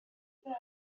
over